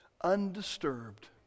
undisturbed